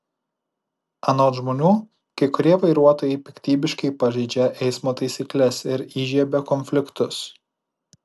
anot žmonių kai kurie vairuotojai piktybiškai pažeidžia eismo taisykles ir įžiebia konfliktus